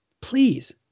please